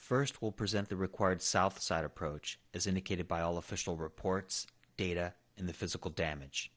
first will present the required south side approach as indicated by all official reports data in the physical damage